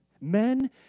Men